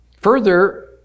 Further